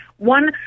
One